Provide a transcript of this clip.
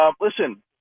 listen